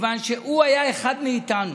מכיוון שהוא היה אחד מאיתנו,